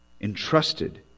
entrusted